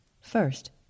First